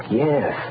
Yes